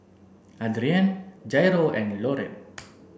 Adrienne Jairo and Loren